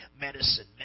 medicine